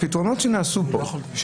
הפתרונות שנעשו כאן,